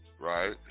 Right